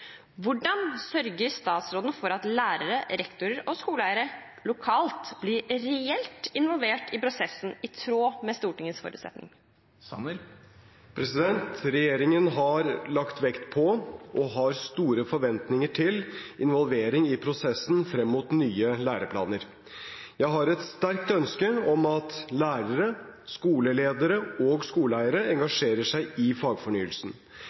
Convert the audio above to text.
Hvordan sørger statsråden for at lærere, rektorer og skoleeiere lokalt blir reelt involvert i prosessen, i tråd med Stortingets forutsetning?» Regjeringen har lagt vekt på og har store forventninger til involvering i prosessen frem mot nye læreplaner. Jeg har et sterkt ønske om at lærere, skoleledere og skoleeiere engasjerer seg i fagfornyelsen.